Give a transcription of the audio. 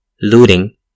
looting